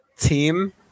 team